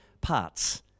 parts